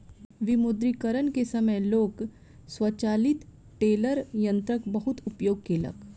विमुद्रीकरण के समय लोक स्वचालित टेलर यंत्रक बहुत उपयोग केलक